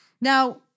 Now